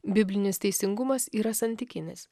biblinis teisingumas yra santykinis